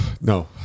No